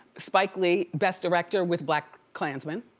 spike lee, best director with black klansman.